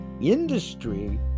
industry